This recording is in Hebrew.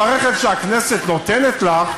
ברכב שהכנסת נותנת לך,